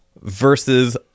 versus